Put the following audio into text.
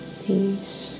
peace